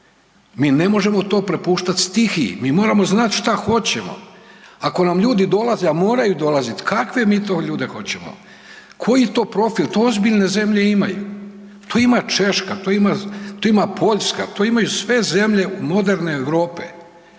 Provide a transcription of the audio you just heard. mi ne možemo to prepuštati stihiji, mi moramo znati šta hoćemo. Ako nam ljudi dolaze, a moraju dolaziti, kakve mi to ljude hoćemo, koji to profil? To ozbiljne zemlje imaju. To ima Češka, to ima Poljska, to imaju sve zemlje moderne Europe.